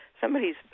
somebody's